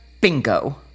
bingo